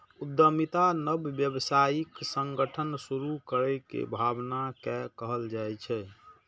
उद्यमिता नव व्यावसायिक संगठन शुरू करै के भावना कें कहल जाइ छै